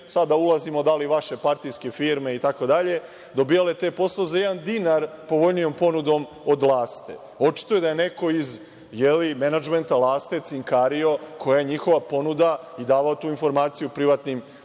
sad ne ulazim u to da li vaše, partijske, itd, dobijale taj posao za jedan dinar povoljnijom ponudom od „Laste“. Očito je da je neko iz menadžmenta „Laste“ cinkario koja je njihova ponuda i davao tu informaciju privatnim